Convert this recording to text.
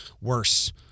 worse